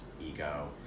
ego